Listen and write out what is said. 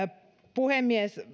puhemies